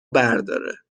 برداره